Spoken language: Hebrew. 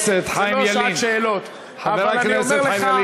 ואלקין הצביע בעד פינוי עמונה 2006. ראש הממשלה,